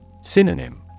Synonym